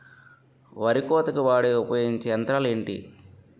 వరి కోతకు వాడే ఉపయోగించే యంత్రాలు ఏంటి?